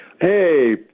Hey